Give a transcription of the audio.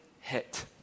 hit